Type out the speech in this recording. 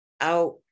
out